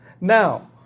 Now